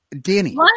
danny